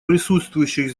присутствующих